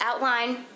outline